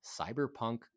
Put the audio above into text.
cyberpunk